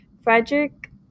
Frederick